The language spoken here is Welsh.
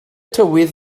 tywydd